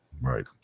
right